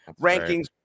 rankings